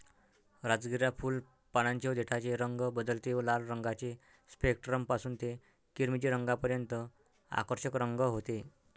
राजगिरा फुल, पानांचे व देठाचे रंग बदलते व लाल रंगाचे स्पेक्ट्रम पासून ते किरमिजी रंगापर्यंत आकर्षक रंग होते